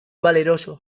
valeroso